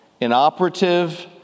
inoperative